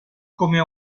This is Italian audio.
come